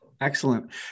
Excellent